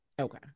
okay